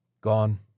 Gone